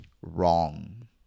Wrong